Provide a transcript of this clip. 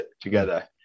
together